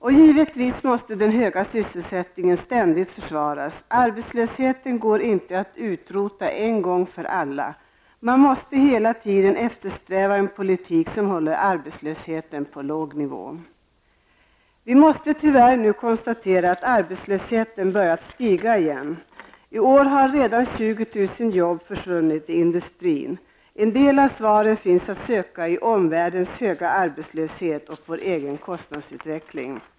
Givetvis måste den höga sysselsättningen ständigt försvaras. Arbetslösheten går inte att utrota en gång för alla. Man måste hela tiden eftersträva en politik som håller arbetslösheten på en låg nivå. Vi måste nu tyvärr konstatera att arbetslösheten har börjat stiga igen. I år har redan 20 000 jobb försvunnit i industrin. En del av förklaringen finns att söka i omvärldens höga arbetslöshet och vår egen kostnadsutveckling.